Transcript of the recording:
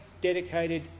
dedicated